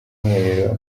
mwiherero